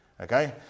Okay